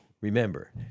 Remember